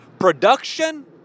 Production